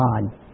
God